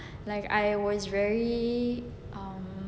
like I was very um